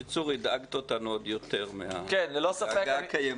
בקיצור, הדאגת אותנו עוד יותר מהדאגה הקיימת.